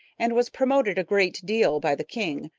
and was promoted a great deal by the king,